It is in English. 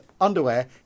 underwear